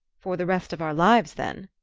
for the rest of our lives then,